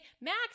max